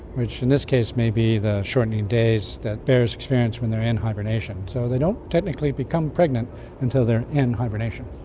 which in this case may be the shortening days that bears experience when they are in hibernation. so they don't technically become pregnant until they are in hibernation.